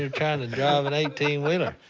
you're trying to drive an eighteen wheeler.